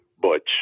Butch